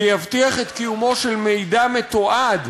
ויבטיח את קיומו של מידע מתועד,